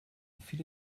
viele